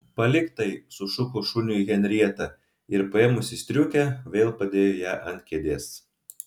palik tai sušuko šuniui henrieta ir paėmusi striukę vėl padėjo ją ant kėdės